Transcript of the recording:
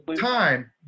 time